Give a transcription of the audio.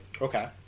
Okay